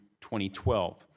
2012